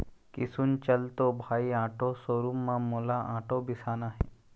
किसुन चल तो भाई आटो शोरूम म मोला आटो बिसाना हे